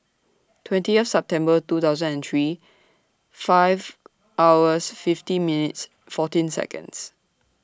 twentieth September two thousand and three five hours fifty minutes fourteen Seconds